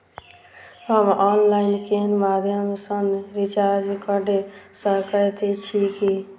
हम ऑनलाइन केँ माध्यम सँ रिचार्ज कऽ सकैत छी की?